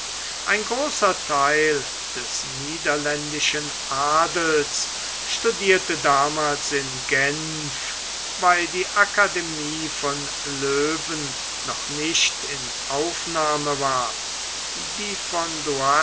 ein großer theil des niederländischen adels studierte damals in genf weil die akademie von löwen noch nicht in aufnahme war die von